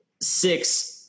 six